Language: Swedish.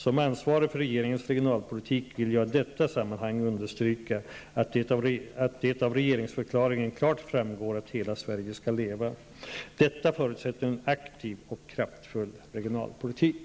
Som ansvarig för regeringens regionalpolitik vill jag i detta sammanhang understryka att det av regeringsförklaringen klart framgår att hela Sverige skall leva. Detta förutsätter en aktiv och kraftfull regionalpolitik.